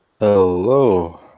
hello